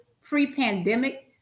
pre-pandemic